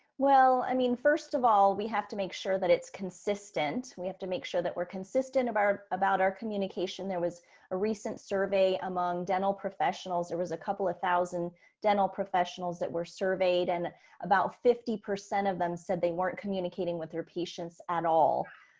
well, i mean, first of all, we have to make sure that it's consistent. we have to make sure that we're consistent about our, about our communication. there was a recent survey among dental professionals. there was a couple of thousand dental professionals that were surveyed and about fifty percent of them said they weren't communicating with their patients at all.